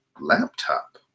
laptop